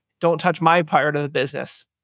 don't-touch-my-part-of-the-business